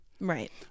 Right